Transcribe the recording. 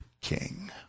king